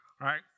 right